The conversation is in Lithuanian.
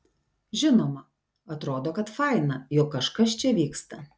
žinoma atrodo kad faina jog kažkas čia vyksta